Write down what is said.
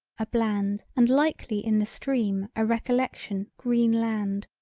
a bland and likely in the stream a recollection green land.